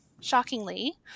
shockingly